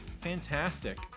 fantastic